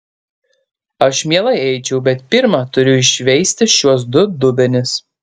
aš mielai eičiau bet pirma turiu iššveisti šiuos du dubenis